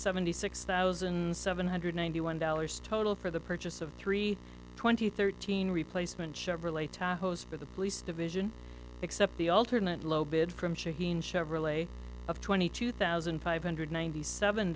seventy six thousand seven hundred ninety one dollars total for the purchase of three twenty thirteen replacement chevrolet tahoe for the police division except the alternate low bid from shaheen chevrolet of twenty two thousand five hundred ninety seven